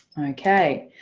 okay.